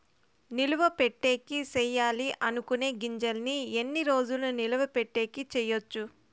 నిలువ పెట్టేకి సేయాలి అనుకునే గింజల్ని ఎన్ని రోజులు నిలువ పెట్టేకి చేయొచ్చు